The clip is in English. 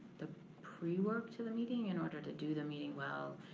the pre-work to the meeting, in order to do the meeting well.